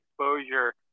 exposure